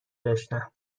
داشتم